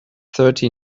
thirty